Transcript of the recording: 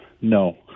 No